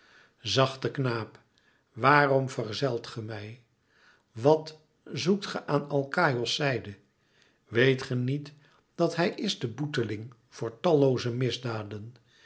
zachte knaap waarm vergezelt ge mij wat zoekt ge aan alkaïos zijde weet ge niet dat hij is de boeteling voor tallooze misdaden